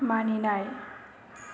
मानिनाय